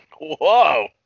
Whoa